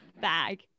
bag